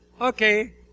Okay